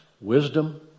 Wisdom